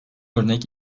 örnek